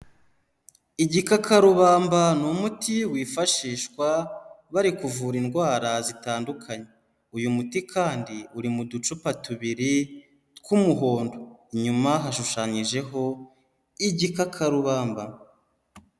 Igikakarubamba ni umuti wifashishwa bari kuvura indwara zitandukanye. Uyu muti kandi uri mu ducupa tubiri tw'umuhondo, Inyuma hashushanyijeho igikakarubamba.